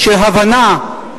של הבנה.